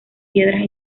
piedras